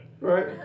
right